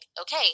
okay